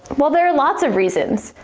well, there are lots of reasons.